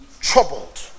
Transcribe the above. troubled